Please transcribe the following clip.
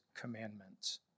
commandments